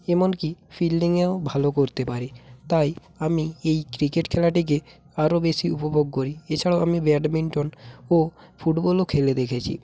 এমনকি ফিল্ডিংয়েও ভালো করতে পারি তাই আমি এই ক্রিকেট খেলাটিকে আরও বেশি উপভোগ করি এছাড়াও আমি ব্যাডমিন্টন ও ফুটবলও খেলে দেখেছি